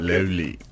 Lovely